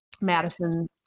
Madison